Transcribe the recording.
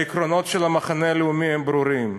העקרונות של המחנה הלאומי הם ברורים: